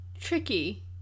tricky